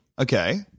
Okay